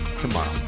tomorrow